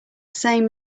same